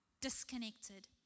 disconnected